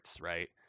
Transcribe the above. right